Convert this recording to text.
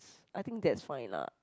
I think that's fine lah